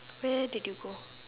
where did you go